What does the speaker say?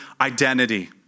identity